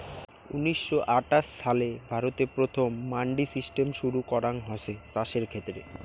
উনিশশো আটাশ ছালে ভারতে প্রথম মান্ডি সিস্টেম শুরু করাঙ হসে চাষের ক্ষেত্রে